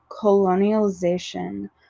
colonialization